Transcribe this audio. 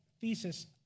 thesis